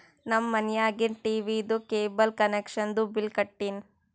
ನಮ್ ಮನ್ಯಾಗಿಂದ್ ಟೀವೀದು ಕೇಬಲ್ ಕನೆಕ್ಷನ್ದು ಬಿಲ್ ಕಟ್ಟಿನ್